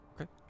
Okay